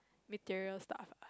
stuff ah